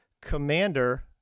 commander